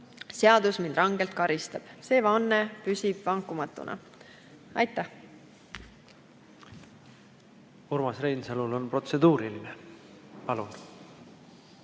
seadus mind rangelt karistab." See vanne püsib vankumatuna. Aitäh! Urmas Reinsalul on protseduuriline. Palun!